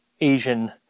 Asian